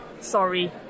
sorry